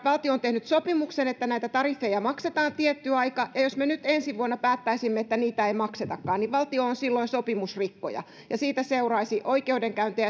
valtio on tehnyt sopimuksen että näitä tariffeja maksetaan tietty aika ja jos me nyt ensi vuonna päättäisimme että niitä ei maksetakaan niin valtio on silloin sopimusrikkoja siitä seuraisi oikeudenkäyntejä